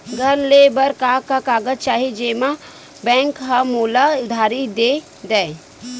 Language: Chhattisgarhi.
घर ले बर का का कागज चाही जेम मा बैंक हा मोला उधारी दे दय?